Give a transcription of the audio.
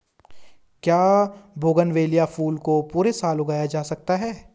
क्या बोगनविलिया फूल को पूरे साल उगाया जा सकता है?